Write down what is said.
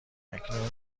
اکنون